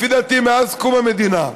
לפי דעתי מאז קום המדינה,